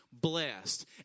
blessed